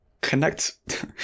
connect